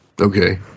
Okay